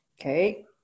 Okay